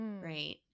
Right